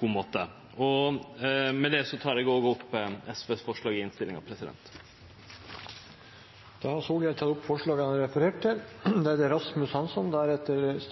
god måte. Med det tek eg opp SVs forslag i innstillinga. Da har representanten Bård Vegar Solhjell tatt opp de forslagene han refererte